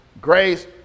grace